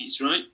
right